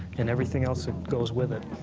and everything else that goes with it.